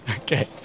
okay